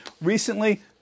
recently